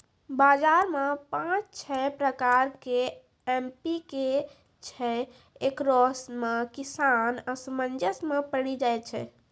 बाजार मे पाँच छह प्रकार के एम.पी.के छैय, इकरो मे किसान असमंजस मे पड़ी जाय छैय?